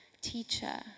teacher